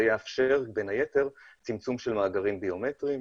זה בין היתר יאפשר צמצום של מאגרים ביומטריים.